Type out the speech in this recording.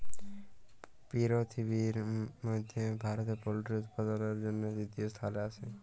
পিরথিবির মধ্যে ভারতে পল্ট্রি উপাদালের জনহে তৃতীয় স্থালে আসে